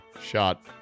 shot